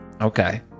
Okay